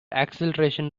acceleration